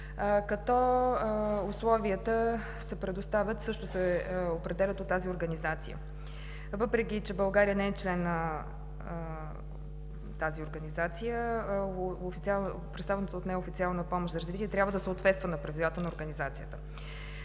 като условията се предоставят и също се определят от тази организация. Въпреки че България не е член на тази Организация, предоставената от нея официална помощ за развитие трябва да съответства на правилата на Организацията.